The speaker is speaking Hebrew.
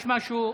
יש משהו,